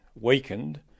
weakened